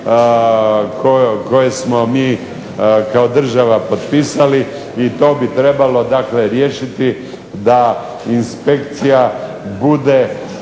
koje smo mi kao država potpisali i to bi trebalo riješiti da inspekcija bude